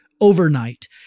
overnight